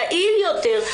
יעיל יותר,